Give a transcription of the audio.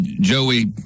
Joey